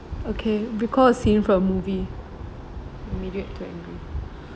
okay recall a scene from a movie that made you too angry